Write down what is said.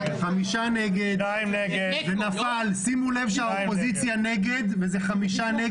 כ"ו בחשוון התשפ"ב